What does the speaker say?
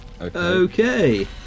Okay